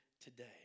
today